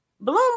bloom